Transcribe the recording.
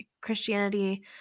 Christianity